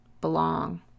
belong